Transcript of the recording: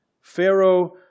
Pharaoh